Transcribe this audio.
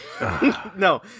no